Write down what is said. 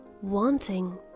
wanting